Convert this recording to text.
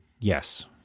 yes